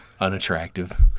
unattractive